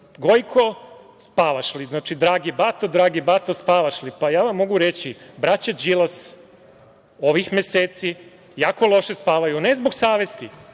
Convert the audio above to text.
Gojko, spavaš li? Znači, dragi bato, dragi bato spavaš li? Ja vam mogu reći – braća Đilas ovih meseci jako loše spavaju. Ne zbog savesti,